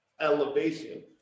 elevation